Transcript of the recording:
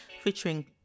featuring